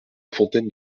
fontaine